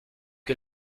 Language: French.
que